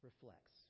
reflects